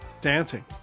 dancing